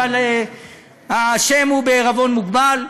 אבל השם הוא בעירבון מוגבל,